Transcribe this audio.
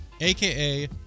aka